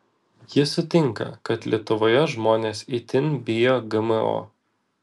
ji sutinka kad lietuvoje žmonės itin bijo gmo